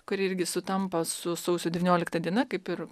kuri irgi sutampa su sausio devyniolikta diena kaip ir